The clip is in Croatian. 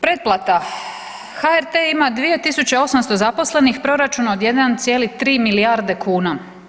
Preplata, HRT ima 2800 zaposlenih i proračun od 1,3 milijarde kuna.